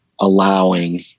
allowing